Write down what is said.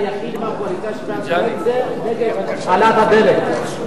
היחיד מהקואליציה שהצביע נגד העלאת הדלק.